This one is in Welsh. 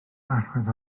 allwedd